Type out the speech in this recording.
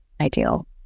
ideal